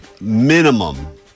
minimum